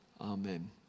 Amen